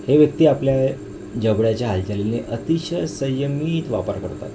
हे व्यक्ती आपल्या जबड्याच्या हालचालीने अतिशय संयमित वापर करतात